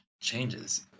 changes